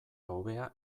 hobea